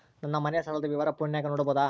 ನನ್ನ ಮನೆ ಸಾಲದ ವಿವರ ಫೋನಿನಾಗ ನೋಡಬೊದ?